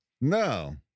No